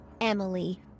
Emily